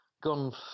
Gone